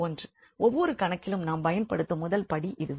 ஒவ்வொரு கணக்கிலும் நாம் பயன்படுத்தும் முதல் படி இதுவே